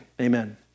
Amen